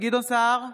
גדעון סער,